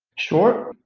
sure.